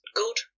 good